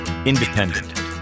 Independent